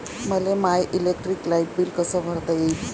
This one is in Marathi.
मले माय इलेक्ट्रिक लाईट बिल कस भरता येईल?